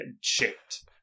shaped